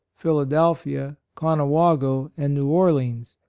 philadelphia, conewago and new orleans,